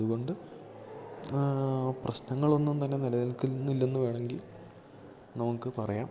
അതുകൊണ്ട് പ്രശ്നങ്ങളൊന്നും തന്നെ നിലനിൽക്കുന്നില്ലെന്ന് വേണമെങ്കിൽ നമുക്ക് പറയാം